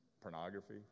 Pornography